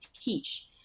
teach